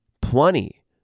plenty